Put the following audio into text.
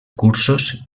cursos